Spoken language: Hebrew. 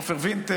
עופר וינטר,